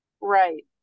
Right